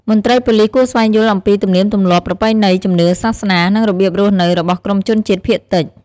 មន្ត្រីប៉ូលិសគួរស្វែងយល់អំពីទំនៀមទម្លាប់ ប្រពៃណី ជំនឿ សាសនា និងរបៀបរស់នៅរបស់ក្រុមជនជាតិភាគតិច។